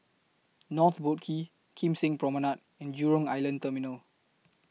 North Boat Quay Kim Seng Promenade and Jurong Island Terminal